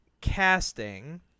casting